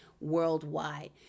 worldwide